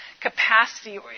capacity